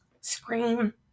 Scream